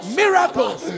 miracles